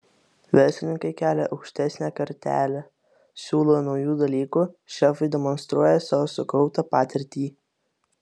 verslininkai kelia aukštesnę kartelę siūlo naujų dalykų šefai demonstruoja savo sukauptą patirtį